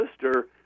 sister